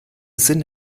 sinn